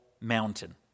mountain